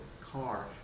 car